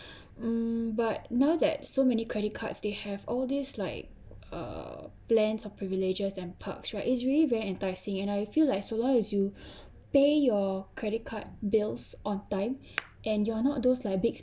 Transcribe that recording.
mm but now that so many credit cards they have all these like err plans of privileges and pubs right it's really very enticing and I feel like so as long as you pay your credit card bills on time and you're not those like big